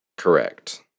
Correct